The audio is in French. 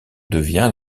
devient